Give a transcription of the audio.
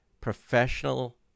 professional